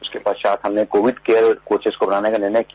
उसके पश्चात Covid care coaches को बढ़ाने का निर्णय किया